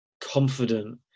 Confident